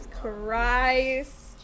christ